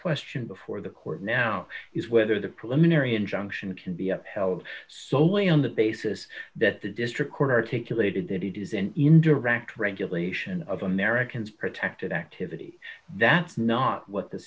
question before the court now is whether the preliminary injunction can be upheld solely on the basis that the district court articulated that it is an indirect regulation of americans protected activity that's not what the